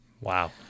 Wow